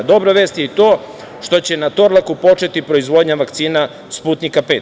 Dobra vest je i to što će na „Torlaku“ početi proizvodnja vakcina „Sputnjika V“